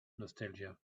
nostalgia